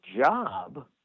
job